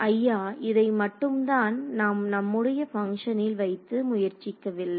மாணவர் ஐயா இதை மட்டும்தான் நாம் நம்முடைய பங்க்ஷனில் வைத்து முயற்சிக்கவில்லை